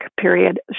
period